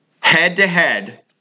head-to-head